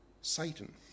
Satan